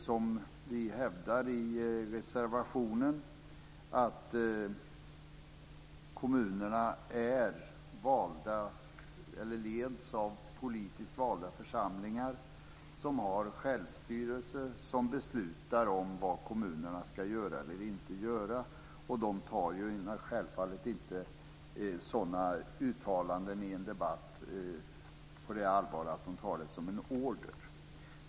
Som vi hävdar i reservationen leds kommunerna av politiskt valda församlingar som har självstyrelser, och de beslutar vad kommunerna ska göra eller inte göra. De tar självfallet inte ett uttalande i en debatt på sådant allvar att de uppfattar det som en order.